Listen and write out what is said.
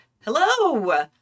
hello